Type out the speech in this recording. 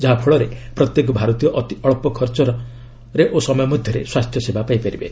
ଯାହାଫଳରେ ପ୍ରତ୍ୟେକ ଭାରତୀୟ ଅତି ଅଳ୍ପ ସମୟ ମଧ୍ୟରେ ସ୍ୱାସ୍ଥ୍ୟସେବା ପାଇପାରିବେ